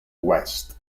west